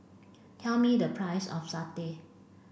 tell me the price of Satay